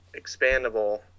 expandable